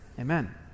Amen